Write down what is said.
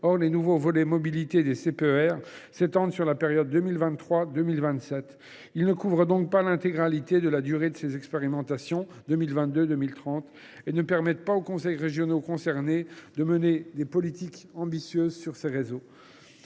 or les nouveaux volets mobilité desdits contrats s’étendent sur la période allant de 2023 à 2027. Ils ne couvrent donc pas l’intégralité de la durée de ces expérimentations, entre 2022 et 2030, et ne permettent pas aux conseils régionaux concernés de mener des politiques ambitieuses sur ces réseaux.